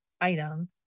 item